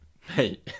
hey